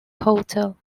hotel